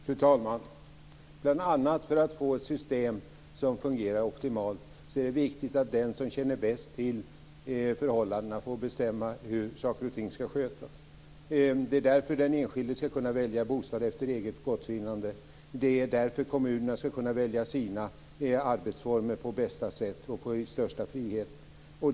Fru talman! Bl.a. för att få ett system som fungerar optimalt är det viktigt att den som känner bäst till förhållandena får bestämma hur saker och ting ska skötas. Det är därför den enskilde ska kunna välja bostad efter eget gottfinnande. Det är därför kommunerna ska kunna välja sina arbetsformer på bästa sätt och i största frihet.